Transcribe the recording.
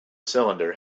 cylinder